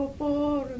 por